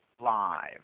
Live